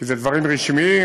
כי זה לדברים רשמיים.